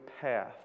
path